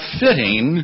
fitting